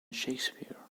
shakespeare